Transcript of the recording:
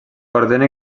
ordena